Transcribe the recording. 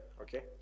okay